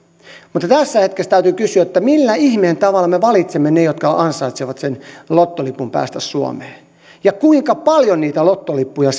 mutta tässä hetkessä täytyy kysyä millä ihmeen tavalla me valitsemme ne jotka ansaitsevat sen lottolipun päästä suomeen ja kuinka paljon niitä lottolippuja